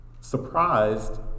Surprised